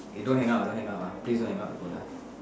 eh don't hang up ah don't hang up please don't hang up the phone ah